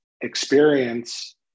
experience